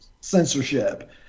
censorship